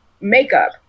makeup